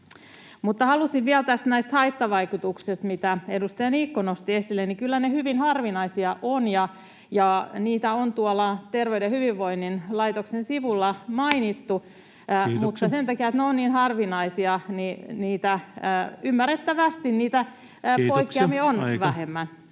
Mutta halusin vielä sanoa näistä haittavaikutuksista, mitä edustaja Niikko nosti esille, että kyllä ne hyvin harvinaisia ovat, ja niitä on tuolla Terveyden ja hyvinvoinnin laitoksen sivuilla mainittu. [Puhemies: Kiitoksia!] Mutta sen takia, että ne ovat niin harvinaisia, niitä poikkeamia on